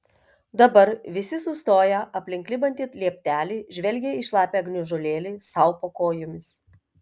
dabar visi sustoję aplink klibantį lieptelį žvelgė į šlapią gniužulėlį sau po kojomis